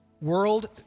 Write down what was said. world